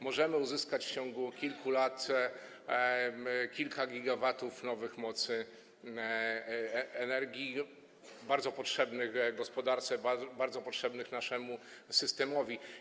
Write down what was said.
Możemy uzyskać w ciągu kilku lat kilka gigawatów nowej mocy energii, bardzo potrzebnych gospodarce, bardzo potrzebnych naszemu systemowi.